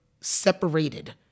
separated